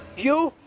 you?